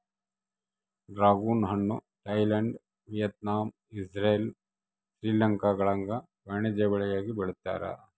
dragon ಹಣ್ಣು Thailand Vietnam Israel ಶ್ರೀಲಂಕಾಗುಳಾಗ ವಾಣಿಜ್ಯ ಬೆಳೆಯಾಗಿ ಬೆಳೀತಾರ